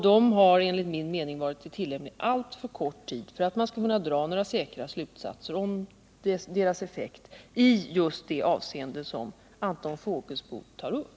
De har enligt min mening varit i tillämpning alltför kort tid för att man skall kunna dra några säkra slutsatser om deras effekt i just det avseende som Anton Fågelsbo tar upp.